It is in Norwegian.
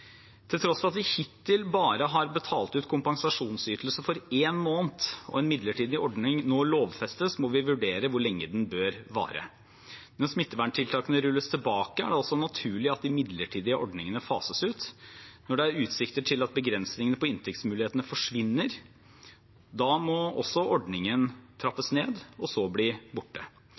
Til tross for at vi hittil bare har betalt ut kompensasjonsytelse for én måned og en midlertidig ordning nå lovfestes, må vi vurdere hvor lenge den bør vare. Når smitteverntiltakene rulles tilbake, er det altså naturlig at de midlertidige ordningene fases ut. Når det er utsikter til at begrensningene på inntektsmulighetene forsvinner, må også ordningen trappes ned og så bli borte.